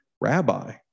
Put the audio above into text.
Rabbi